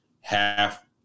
half